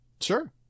Sure